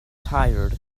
tired